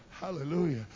Hallelujah